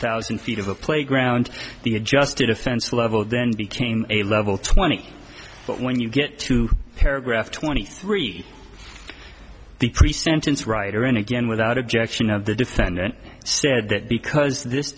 thousand feet of a playground the adjusted offense level then became a level twenty but when you get to paragraph twenty three the pre sentence writer and again without objection of the defendant said that because this